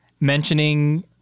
mentioning